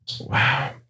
Wow